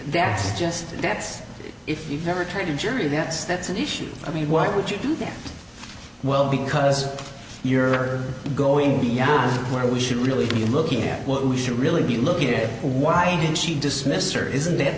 that's just that's if you've never turned in jury that's that's an issue i mean why would you do that well because you're going beyond where we should really be looking at what we should really be looking at why didn't she dismissed her isn't that